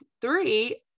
three